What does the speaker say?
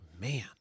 man